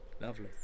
lovely